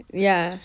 ya